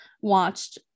watched